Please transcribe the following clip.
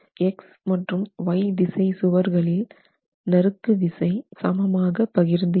X மற்றும் Y திசை சுவர்களில் நறுக்கு விசை சம மாக பகிர்ந்து இருக்கும்